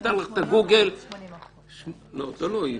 80%. תלוי.